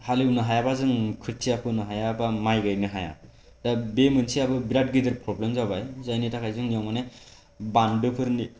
हाल एवनो हायाबा जों खोथिया फोनो हाया बा माइ गायनो हाया दा बे मोनसेयाबो बिराद गिदिर प्रब्लेम जाबाय जायनि थाखाय जोंनियाव माने बान्दोफोरनि